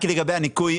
רק לגבי הניכוי,